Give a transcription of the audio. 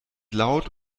laut